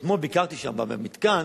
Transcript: אתמול כשביקרתי שם, במתקן,